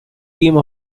game